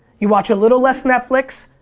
you watch a little less netflix,